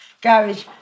garage